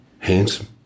Handsome